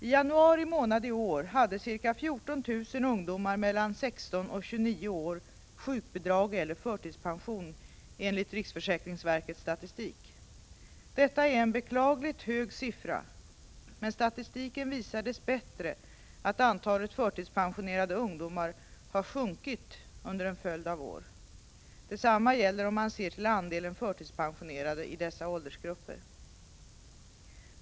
I januari månad i år hade ca 14 000 ungdomar mellan 16 och 29 år sjukbidrag eller förtidspension, enligt riksförsäkringsverkets statistik. Detta är en beklagligt hög siffra, men statistiken visar dess bättre att antalet förtidspensionerade ungdomar har sjunkit under en följd av år. Detsamma gäller om man ser till andelen förtidspensionerade i dessa åldersgrupper.